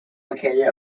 located